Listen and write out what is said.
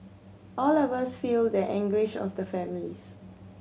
all of us feel the anguish of the families